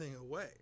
away